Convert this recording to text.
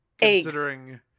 Considering